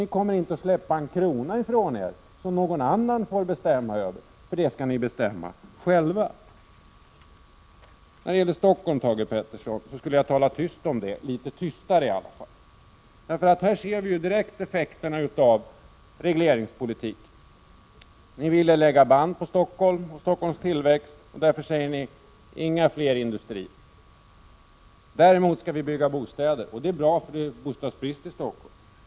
Ni kommer inte att släppa en krona ifrån er som någon annan får bestämma över, utan ni skall alltid bestämma själva. Stockholm tycker jag att Thage Peterson borde tala litet tystare om, för här ser vi direkt effekterna av regleringspolitiken. Ni vill lägga band på Stockholms tillväxt, och därför säger ni: Inga fler industrier! Däremot skall vi bygga bostäder, för det är bostadsbrist i Stockholm.